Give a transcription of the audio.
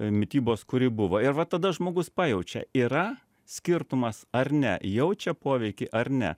mitybos kuri buvo ir va tada žmogus pajaučia yra skirtumas ar ne jaučia poveikį ar ne